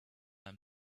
when